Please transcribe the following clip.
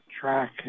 track